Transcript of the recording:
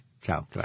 Ciao